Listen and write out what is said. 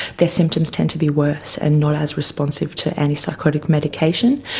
their symptoms tend to be worse and not as responsive to antipsychotic medication.